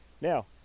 Now